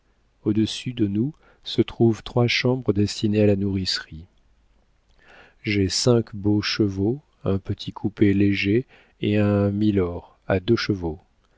au-dessus de nous se trouvent trois chambres destinées à la nourricerie j'ai cinq beaux chevaux un petit coupé léger et un mylord à deux chevaux